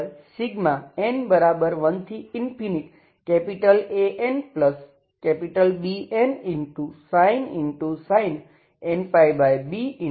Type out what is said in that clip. sin nπby 0 આપશે